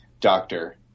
doctor